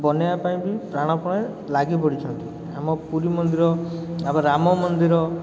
ବନେଇବା ପାଇଁବି ପ୍ରାଣ ପ୍ରଣେ ଲାଗିପଡ଼ିଛନ୍ତି ଆମ ପୁରୀମନ୍ଦିର ଆମ ରାମମନ୍ଦିର